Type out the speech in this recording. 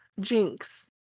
Jinx